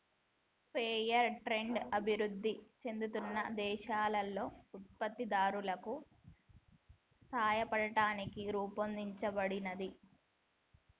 fair trade అభివృద్ధి చెందుతున్న దేశాలలో ఉత్పత్తిదారులకు సాయపడటానికి రూపొందించబడినది